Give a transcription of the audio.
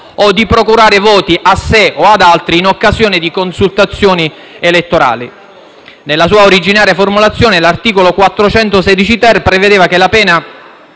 o di procurare voti a sé o ad altri in occasione di consultazioni elettorali». Nella sua originaria formulazione l'articolo 416-*ter* prevedeva che la pena